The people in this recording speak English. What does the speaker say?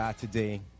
Today